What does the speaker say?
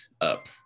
up